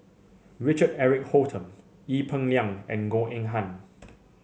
Richard Eric Holttum Ee Peng Liang and Goh Eng Han